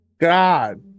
god